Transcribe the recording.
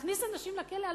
להכניס אנשים לכלא?